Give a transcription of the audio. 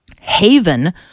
haven